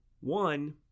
One